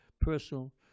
personal